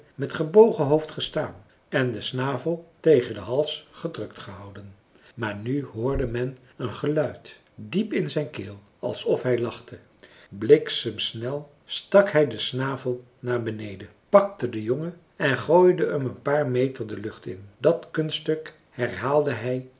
met gebogen hoofd gestaan en den snavel tegen den hals gedrukt gehouden maar nu hoorde men een geluid diep in zijn keel alsof hij lachte bliksemsnel stak hij den snavel naar beneden pakte den jongen en gooide hem een paar meter de lucht in dat kunststuk herhaalde hij